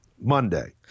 Monday